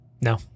No